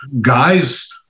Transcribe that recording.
guys